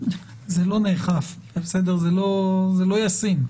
זה לא נאכף, זה לא ישים,